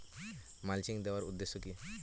Mulching দেওয়ার উদ্দেশ্য কি?